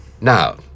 Now